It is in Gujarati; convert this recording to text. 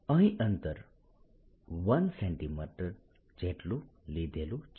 અહીં અંતર 1 cm જેટલું લીધેલું છે